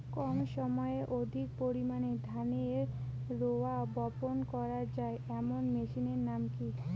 কম সময়ে অধিক পরিমাণে ধানের রোয়া বপন করা য়ায় এমন মেশিনের নাম কি?